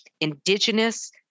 Indigenous